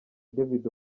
david